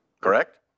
correct